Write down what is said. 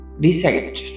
decide